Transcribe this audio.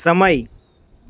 સમય